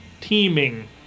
teeming